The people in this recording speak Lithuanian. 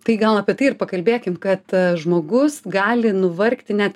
tai gal apie tai ir pakalbėkim kad žmogus gali nuvargti net